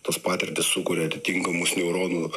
tos patirtys sukuria atitinkamus neuronų